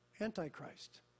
Antichrist